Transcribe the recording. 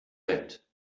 welt